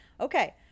Okay